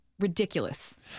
ridiculous